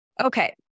Okay